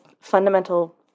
fundamental